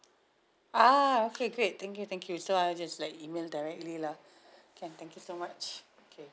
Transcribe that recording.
ah okay great thank you thank you so I'll just like email directly lah can thank you so much okay